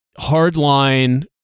hardline